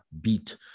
beat